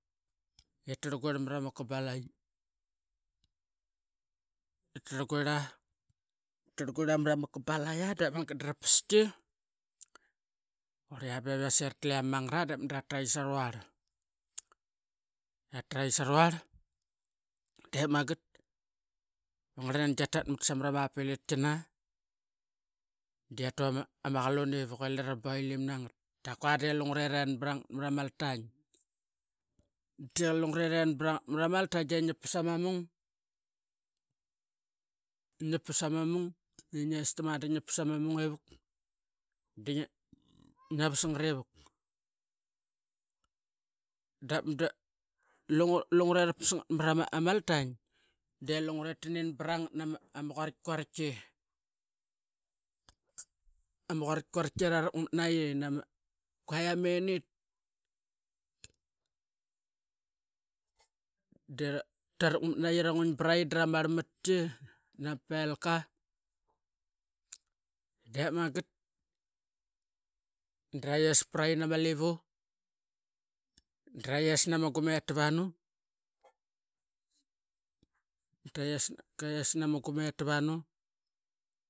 Etarlguir marama kabalayi. Tarl guirla marama kabalayi dra paski duqurlia biase bep tatle ama manangara da ra trai saruvarl. Dep magat da ma ngarlnangi iatatmat samara ma piktkina diatu ama qalunivuk ira boilim nangat da qua de lungure ren mara maltaim. De qarl lungure ren mara maltain de qarl di ngi pas ama mung di estam di ngia dep da dra pas ngat mara maltain delungure ta nin bra ngat nama quarit quaritki. Qua ama menit dera taraqmatnai era nguin braki dra marl matki nama pelka dep magat draies prai na ma livu dra ies na ma gumet tavanu da qaies nama gumet tavanu.